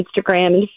Instagram